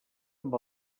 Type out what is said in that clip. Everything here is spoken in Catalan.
amb